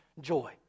joy